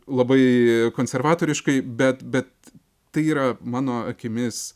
labai konservatoriškai bet bet tai yra mano akimis